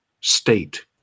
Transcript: state